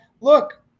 Look